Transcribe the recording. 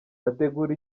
ategura